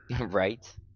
Right